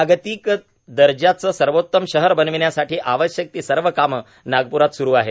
जागतिक दर्जाच सर्वोत्तम शहर बनविण्यासाठी आवश्यक ती सर्व काम नागप्रात सुरू आहेत